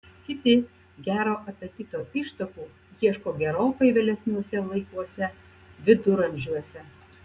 kiti gero apetito ištakų ieško gerokai vėlesniuose laikuose viduramžiuose